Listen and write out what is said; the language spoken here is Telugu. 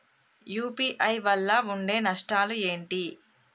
యూ.పీ.ఐ వల్ల ఉండే నష్టాలు ఏంటి??